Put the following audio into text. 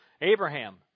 Abraham